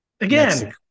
again